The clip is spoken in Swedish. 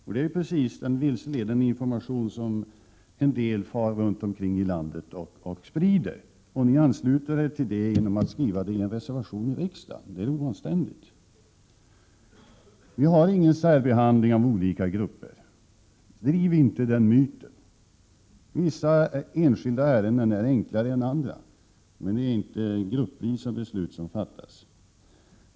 Detta är precis den vilseledande information som en del far runt i landet och sprider — och ni ansluter er till den genom att framföra detta i en reservation i riksdagen! Det är oanständigt! Vi har ingen särbehandling av olika grupper. Driv inte den myten! Vissa enskilda ärenden är enklare än andra, men det är inte gruppvisa beslut som fattas.